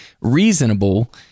reasonable